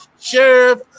sheriff